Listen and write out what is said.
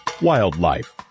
Wildlife